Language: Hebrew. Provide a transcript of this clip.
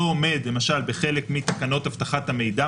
עומד למשל בחלק מתקנות אבטחת המידע,